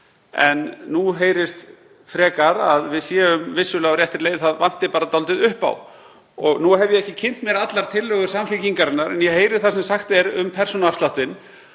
En nú heyrist frekar að við séum vissulega á réttri leið, það vanti bara dálítið upp á. Nú hef ég ekki kynnt mér allar tillögur Samfylkingarinnar en ég heyri það sem sagt er um persónuafsláttinn.